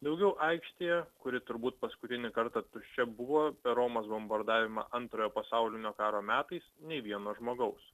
daugiau aikštėje kuri turbūt paskutinį kartą tuščia buvo per romos bombardavimą antrojo pasaulinio karo metais nei vieno žmogaus